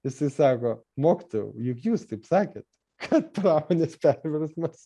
jisai sako mokytojau juk jūs taip sakėt kad pramonės perversmas